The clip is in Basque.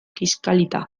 kiskalita